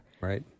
Right